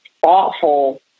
thoughtful